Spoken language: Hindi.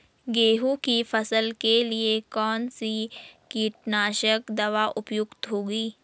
गेहूँ की फसल के लिए कौन सी कीटनाशक दवा उपयुक्त होगी?